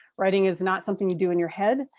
writing is not something you do in your head.